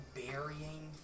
burying